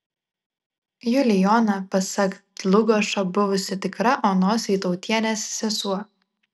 julijona pasak dlugošo buvusi tikra onos vytautienės sesuo